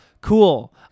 cool